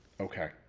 Okay